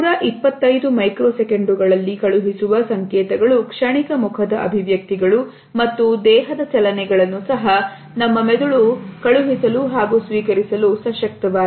125 micro ಸೆಕೆಂಡುಗಳಲ್ಲಿ ಕಳುಹಿಸುವ ಸಂಕೇತಗಳು ಕ್ಷಣಿಕ ಮುಖದ ಅಭಿವ್ಯಕ್ತಿಗಳು ಮತ್ತು ದೇಹದ ಚಲನೆಗಳನ್ನು ಸಹ ನಮ್ಮ ಮೆದುಳು ಸಹ ಕಳುಹಿಸಲು ಹಾಗೂ ಸ್ವೀಕರಿಸಲು ಸಶಕ್ತವಾಗಿದೆ